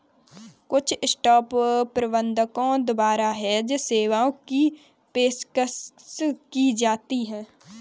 कुछ स्टॉक प्रबंधकों द्वारा हेज सेवाओं की पेशकश की जाती हैं